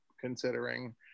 considering